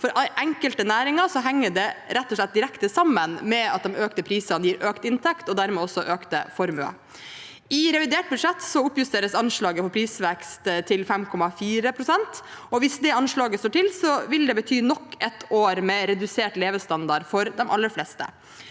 For enkelte næringer henger det rett og slett direkte sammen med at de økte prisene gir økt inntekt og dermed også økte formuer. I revidert budsjett oppjusteres anslaget for prisvekst til 5,4 pst., og hvis det anslaget slår til, vil det bety nok et år med redusert levestandard for de aller fleste.